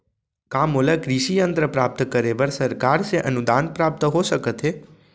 का मोला कृषि यंत्र प्राप्त करे बर सरकार से अनुदान प्राप्त हो सकत हे?